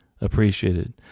appreciated